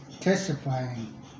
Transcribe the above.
testifying